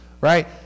right